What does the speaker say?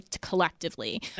collectively